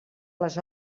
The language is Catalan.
les